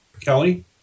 Kelly